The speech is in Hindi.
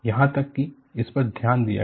यहां तक कि इस पर ध्यान दिया गया